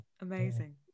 amazing